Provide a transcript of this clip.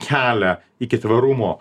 kelią iki tvarumo